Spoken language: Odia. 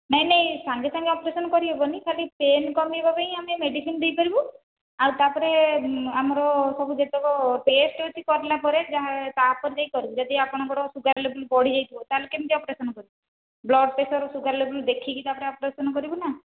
ନାହିଁ ନାହିଁ ସଙ୍ଗେ ସଙ୍ଗେ ଅପରେସନ୍ କରିହେବନି ଖାଲି ପେନ୍ କମାଇବା ପାଇଁ ଆମେ ମେଡ଼ିସିନ ଦେଇପାରିବୁ ଆଉ ତା'ପରେ ଆମର ସବୁ ଯେତେକ ଟେଷ୍ଟ ଅଛି କରିଲା ପରେ ଯାହା ତା'ପରେ ଯାଇ କରିବୁ ଯଦି ଆପଣଙ୍କର ସୁଗାର ଲେବଲ୍ ବଢ଼ିଯାଇଥିବ ତା'ହେଲେ କେମିତି ଅପରେସନ୍ କରିବୁ ବ୍ଲଡ଼ ପ୍ରେସର ସୁଗାର ଲେବଲ୍ ଦେଖିକି ତା ପରେ ଅପରେସନ୍ କରିବୁନା